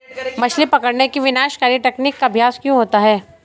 मछली पकड़ने की विनाशकारी तकनीक का अभ्यास क्यों होता है?